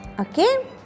Okay